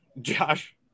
Josh